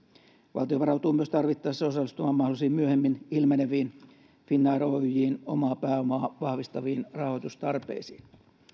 valtio varautuu myös tarvittaessa osallistumaan mahdollisiin myöhemmin ilmeneviin finnair oyjn omaa pääomaa vahvistaviin rahoitustarpeisiin